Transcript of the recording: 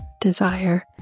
desire